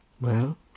Well